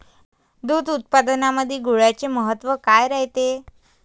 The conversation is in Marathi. दूध उत्पादनामंदी गुळाचे महत्व काय रायते?